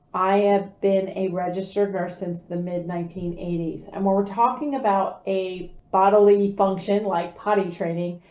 i have been a registered nurse since the mid nineteen eighty s and when we're talking about a bodily function like potty training,